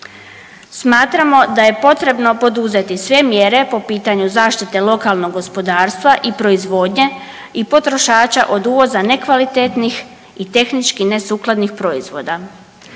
Smatramo da je potrebno poduzeti sve mjere po pitanju zaštite lokalnog gospodarstva i proizvodnje i potrošača od uvoza nekvalitetnih i tehnički nesukladnih proizvoda.